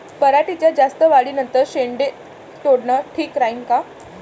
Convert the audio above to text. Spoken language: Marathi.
पराटीच्या जास्त वाढी नंतर शेंडे तोडनं ठीक राहीन का?